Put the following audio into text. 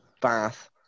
Bath